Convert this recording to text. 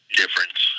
difference